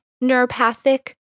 neuropathic